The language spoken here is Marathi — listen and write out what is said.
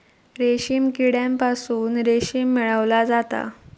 रेशीम किड्यांपासून रेशीम मिळवला जाता